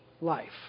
life